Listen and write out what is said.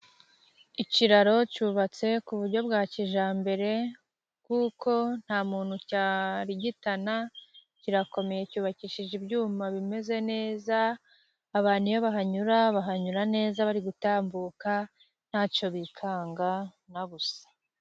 Ikiraro cyubatse ku buryo bwa kijyambere, kuko nta muntu cyarigitana, kirakomeye cyubakishije ibyuma bimeze neza, abantu iyo bahanyura bahanyura neza bari gutambuka, nta cyo bikanga na busa.